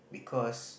because